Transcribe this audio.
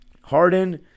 Harden